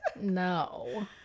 No